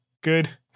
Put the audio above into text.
good